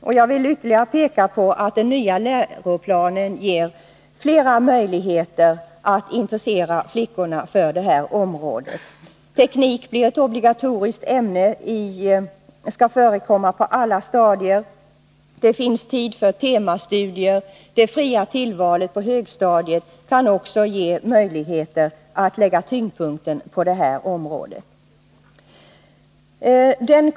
Men jag vill peka på att den nya läroplanen ger flera möjligheter att intressera flickorna för det teknisk-naturvetenskapliga området. Teknik blir ett obligatoriskt ämne som skall förekomma på alla stadier. Tid finns för temastudier. Det fria tillvalet på högstadiet kan också ge möjligheter för skolan att lägga tyngdpunkten på detta område.